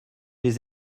les